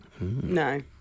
No